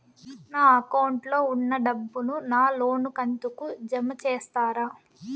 నా అకౌంట్ లో ఉన్న డబ్బును నా లోను కంతు కు జామ చేస్తారా?